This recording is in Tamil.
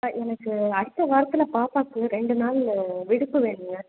அ எனக்கு அடுத்த வாரத்தில் பாப்பாக்கு ரெண்டு நாள் விடுப்பு வேணும்ங்க